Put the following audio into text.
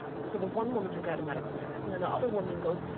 so the one woman took out a medical mask, and then the other woman goes,